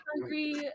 hungry